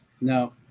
No